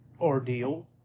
ordeal